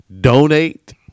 Donate